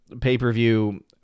pay-per-view